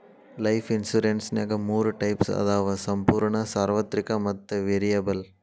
life ಇನ್ಸುರೆನ್ಸ್ನ್ಯಾಗ ಮೂರ types ಅದಾವ ಸಂಪೂರ್ಣ ಸಾರ್ವತ್ರಿಕ ಮತ್ತ ವೇರಿಯಬಲ್